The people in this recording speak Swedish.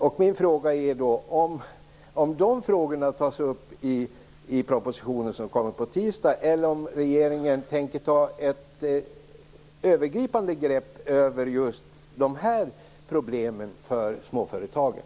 Tas dessa frågor upp i den proposition som kommer på tisdag? Eller tänker regeringen ta ett samlat grepp över just dessa problem för småföretagen?